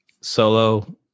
solo